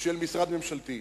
של משרד ממשלתי,